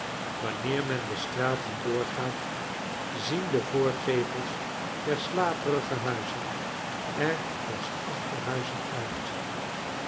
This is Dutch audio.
wanneer men de straten doorgaat zien de voorgevels der slaperige huizen er alsachterhuizen uit